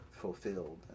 fulfilled